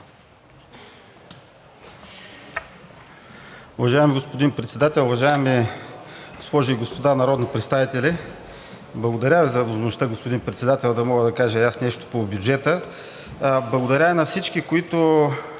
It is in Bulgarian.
Благодаря Ви за възможността, господин Председател, да мога да кажа и аз нещо по бюджета. Благодаря и на всички, които